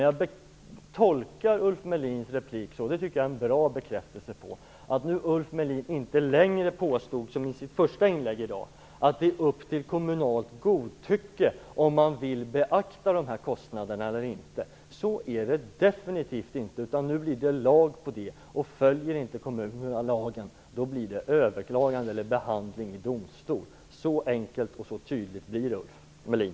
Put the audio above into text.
Jag tycker att Ulf Melins replik är en bra bekräftelse på att Ulf Melin inte längre påstår, som han gjorde i sitt inledningsanförande, att det är upp till kommunalt godtycke om man vill beakta dessa kostnader eller inte. Så är det definitivt inte, utan nu blir det lag på det. Följer inte kommunerna lagen, blir det överklaganden eller behandling vid domstol. Så enkelt och tydligt blir det, Ulf Melin.